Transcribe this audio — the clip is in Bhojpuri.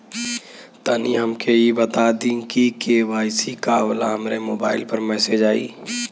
तनि हमके इ बता दीं की के.वाइ.सी का होला हमरे मोबाइल पर मैसेज आई?